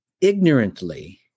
ignorantly